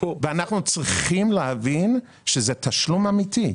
אנחנו צריכים להבין שזה תשלום אמיתי.